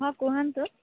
ହଁ କୁହନ୍ତୁ